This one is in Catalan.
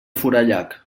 forallac